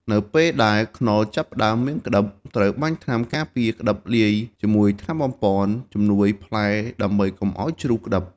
នៅពេលដែលខ្នុរចាប់ផ្តើមមានក្តិប ត្រូវបាញ់ថ្នាំការពារក្តិបលាយជាមួយថ្នាំបំប៉នជំនួយផ្លែដើម្បីកុំឲ្យជ្រុះក្តិប។